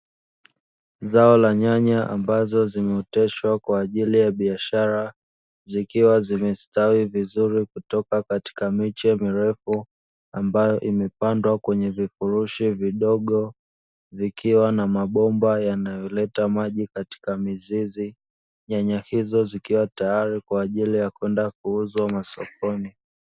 Zao la nyanya ambazo zimeoteshwa kwa ajili ya biashara, zikiwa zimestawi vizuri kutoka katika Miche mirefu ambayo imepandwa kwenye vifurushi vidogo vikiwa na mabomba yanayoleta maji katika mizizi, nyanya hizo zikiwa tayari kwa ajili ya kwenda kuuzwa madokoni.